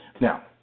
Now